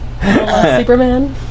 Superman